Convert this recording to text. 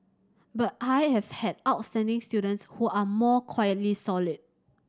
but I have had outstanding students who are more quietly solid